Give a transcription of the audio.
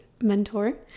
mentor